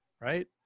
Right